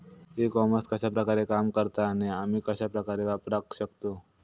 E commerce कश्या प्रकारे काम करता आणि आमी कश्या प्रकारे वापराक शकतू?